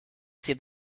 see